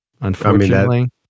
Unfortunately